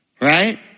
right